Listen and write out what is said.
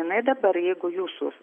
jinai dabar jeigu jūsų